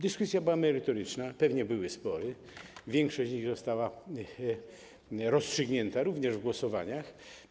Dyskusja była merytoryczna, pewnie były spory, większość z nich została rozstrzygnięta, również w głosowaniach.